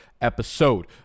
episode